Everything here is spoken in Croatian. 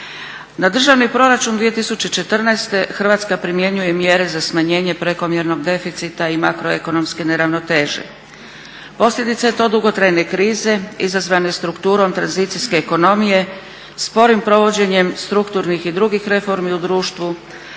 Na državni proračun 2014. Hrvatska primjenjuje mjere za smanjenje prekomjernog deficita i makroekonomske neravnoteže. Posljedica je to dugotrajne krize izazvane strukturom tranzicijske ekonomije, sporim provođenjem strukturnih i drugih reformi u društvu,